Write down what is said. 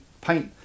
paint